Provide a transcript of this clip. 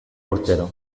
urtero